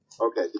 Okay